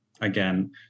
again